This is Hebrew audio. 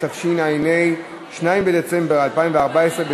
התשע"ה 2014,